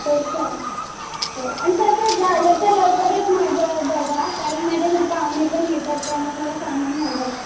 हो चालेल हो अन तसं झालं तर लवकरच माझं बघा कारण माझ्या घरी पाहुणे पण येतात त्यामुळे मला सामान हवं आहे